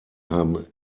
haben